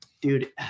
dude